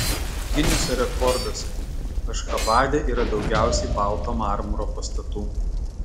gineso rekordas ašchabade yra daugiausiai balto marmuro pastatų